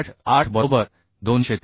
8 8 बरोबर 203